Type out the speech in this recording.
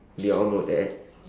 we all know that